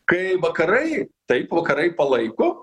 kai vakarai taip vakarai palaiko